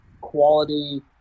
quality